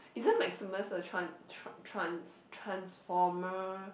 isn't Maximus a tran~ tr~ trans~ transformer